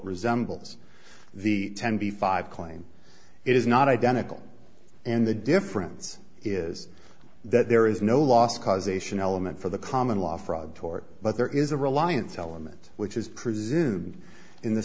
resembles the ten b five claim it is not identical and the difference is that there is no loss causation element for the common law fraud tort but there is a reliance element which is